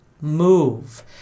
move